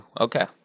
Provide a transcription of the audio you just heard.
Okay